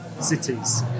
cities